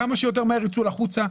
כמה שיותר מהר יצאו החוצה,